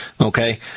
Okay